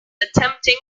attempting